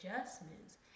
adjustments